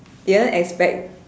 didn't expect